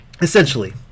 Essentially